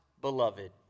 beloved